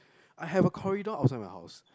I have a corridor outside my house